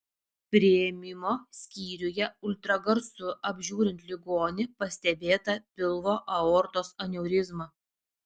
priėmimo skyriuje ultragarsu apžiūrint ligonį pastebėta pilvo aortos aneurizma